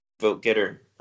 vote-getter